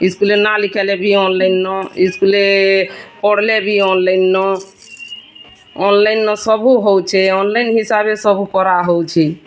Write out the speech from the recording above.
ଏ ସ୍କୁଲ୍ରେ ନାଁ ଲେଖାଇଲେ ବି ଅନ୍ଲାଇନ୍ର ଏ ସ୍କୁଲରେ ପଢ଼ିଲେ ବି ଅନ୍ଲାଇନ୍ର ଅନ୍ଲାଇନ୍ରେ ସବୁ ହେଉଛି ଅନ୍ଲାଇନ୍ର ସବୁ କରାହେଉଛି